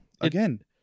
again